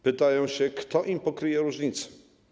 Pytają się, kto im pokryje różnicę.